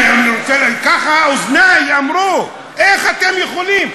כך אוזני אמרו, איך אתם יכולים?